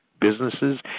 businesses